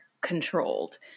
controlled